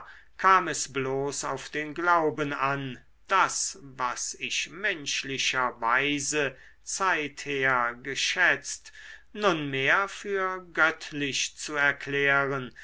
kam es bloß auf den glauben an das was ich menschlicher weise zeither geschätzt nunmehr für göttlich zu erklären